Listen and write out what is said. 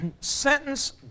sentence